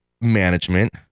management